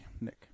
Nick